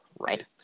Right